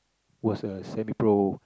was a Semi Pro